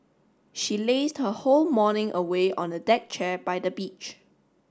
she lazed her whole morning away on a deck chair by the beach